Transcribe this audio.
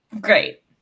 Great